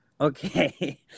Okay